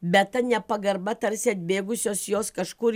bet ta nepagarba tarsi atbėgusios jos kažkur